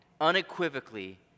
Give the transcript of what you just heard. unequivocally